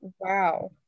wow